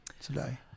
today